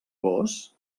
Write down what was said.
gos